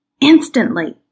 Instantly